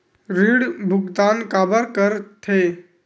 ऋण भुक्तान काबर कर थे?